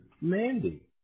Mandy